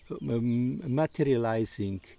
materializing